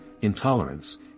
intolerance